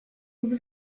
over